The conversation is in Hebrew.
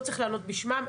לא צריך לענות בשמם.